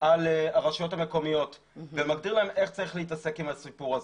על הרשויות המקומיות ומגדיר להם איך צריך להתעסק עם הסיפור הזה.